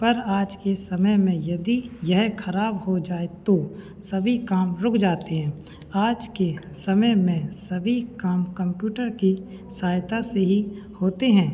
पर आज के समय में यदि यह ख़राब हो जाए तो सभी काम रुक जाते हैं आज के समय में सभी काम कंप्यूटर की सहायता से ही होते हैं